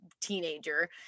teenager